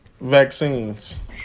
Vaccines